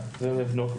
שאנחנו צריכים לבדוק,